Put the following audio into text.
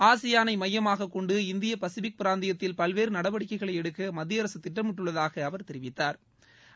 ஆசியானை மையமாக கொண்டு இந்திய பசிபிக் பிராந்தியத்தில் பல்வேறு நடவடிக்கைகளை எடுக்க மத்திய அரசு திட்டமிட்டுள்ளதாக அவர் தெரிவித்தாா்